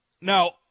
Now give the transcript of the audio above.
Now